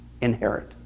inherit